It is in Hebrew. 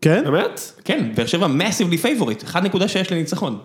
כן, באמת? כן, ועכשיו המאסיבלי פייבוריט, 1.6 לניצחון.